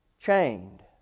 chained